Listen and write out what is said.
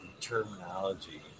terminology